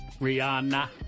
Rihanna